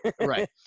right